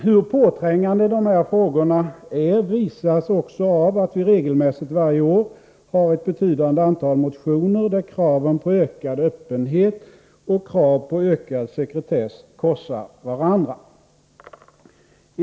Hur påträngande dessa frågor är visas också av att vi regelmässigt varje år har ett betydande antal motioner där kraven på ökad öppenhet och ökad sekretess korsar varandra.